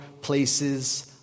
places